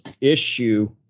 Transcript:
issue